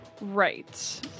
right